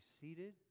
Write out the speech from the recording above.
seated